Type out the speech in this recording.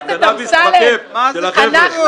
את הקנאביס בכיף של החבר'ה.